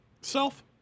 self